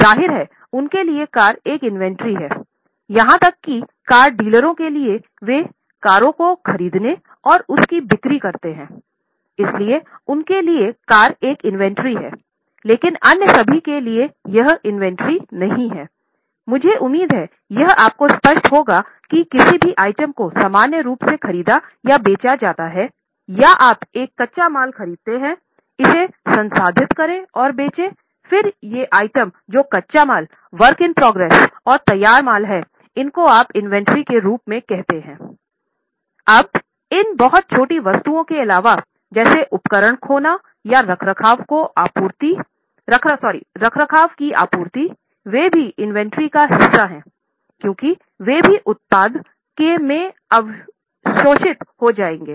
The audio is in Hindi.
जाहिर है उनके लिए कार एक इंवेंट्री और तैयार माल हैं इनको आप इन्वेंट्री के रूप में कहते हैं अब इन बहुत छोटी वस्तुओं के अलावा जैसे उपकरण खोना या रखरखाव की आपूर्ति वे भी इन्वेंट्री का हिस्सा है क्योंकि वे भी उत्पाद में अवशोषित हो जाएंगे